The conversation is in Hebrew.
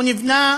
הוא נבנה